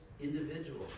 individual